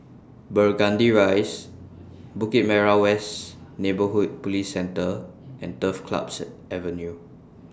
Burgundy Rise Bukit Merah West Neighbourhood Police Centre and Turf Clubs Avenue